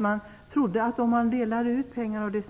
Man trodde att om man delade ut pengarna